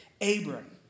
Abram